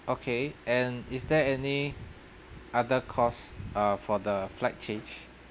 okay and is there any other costs uh for the flight change